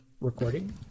recording